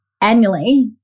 annually